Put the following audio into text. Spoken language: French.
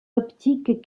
optiques